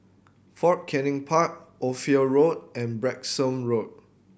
Fort Canning Park Ophir Road and Branksome Road